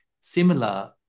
Similar